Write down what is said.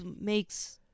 makes